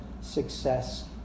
success